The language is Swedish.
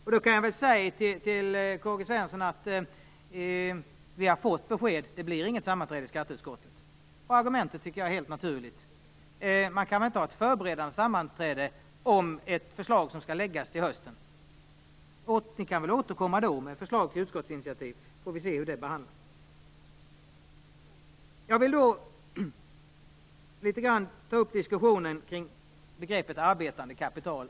Jag kan säga till Karl Gösta Svenson att vi har fått besked om att det inte blir något sammanträde i skatteutskottet. Och argumentet tycker jag är helt naturligt, nämligen att man inte kan ha ett förberedande sammanträde om ett förslag som skall läggas fram till hösten. Ni kan väl återkomma då med förslag till utskottsinitiativ, så får vi se hur det behandlas. Jag vill litet grand ta upp diskussionen kring begreppet arbetande kapital.